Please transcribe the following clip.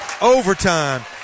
overtime